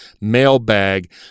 mailbag